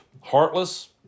heartless